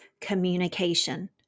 communication